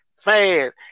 fast